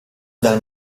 dal